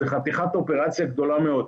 זה חתיכת אופרציה גדולה מאוד.